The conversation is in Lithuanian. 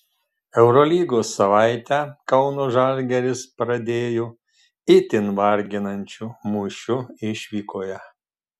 eurolygos savaitę kauno žalgiris pradėjo itin varginančiu mūšiu išvykoje